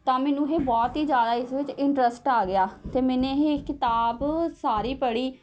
ਤਾਂ ਮੈਨੂੰ ਇਹ ਬਹੁਤ ਹੀ ਜ਼ਿਆਦਾ ਇਸ ਵਿੱਚ ਇੰਟਰਸਟ ਆ ਗਿਆ ਅਤੇ ਮੈਨੇ ਇਹ ਕਿਤਾਬ ਸਾਰੀ ਪੜ੍ਹੀ